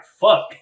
fuck